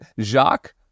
Jacques